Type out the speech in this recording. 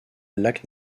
lac